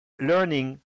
learning